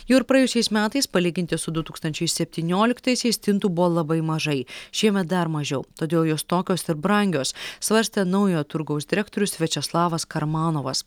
jau ir praėjusiais metais palyginti su du tūkstančiai septynioliktaisiais stintų buvo labai mažai šiemet dar mažiau todėl jos tokios ir brangios svarstė naujojo turgaus direktorius viačeslavas karmanovas